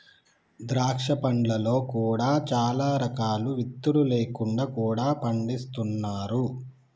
ద్రాక్ష పండ్లలో కూడా చాలా రకాలు విత్తులు లేకుండా కూడా పండిస్తున్నారు